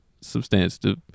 substantive